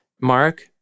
Mark